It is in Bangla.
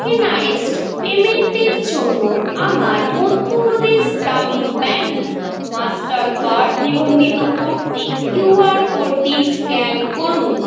টোকেনাইজড পেমেন্টের জন্য আমার মধ্যপ্রদেশ গ্রামীণ ব্যাঙ্ক মাস্টার কার্ড নিবন্ধিত করতে কিউ আর কোডটি স্ক্যান করুন